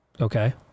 okay